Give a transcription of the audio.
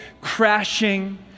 crashing